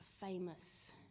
famous